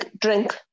drink